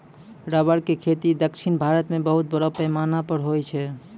rubber के खेती दक्षिण भारत मॅ बहुत बड़ो पैमाना पर होय छै